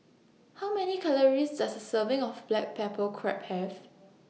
How Many Calories Does A Serving of Black Pepper Crab Have